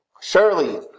Surely